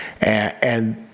And-